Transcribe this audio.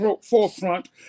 forefront